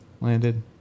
landed